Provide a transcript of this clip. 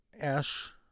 Ash